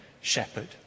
shepherd